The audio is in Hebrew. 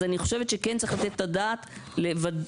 אז אני חושבת שכן צריך לתת את הדעת שתהיה